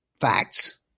facts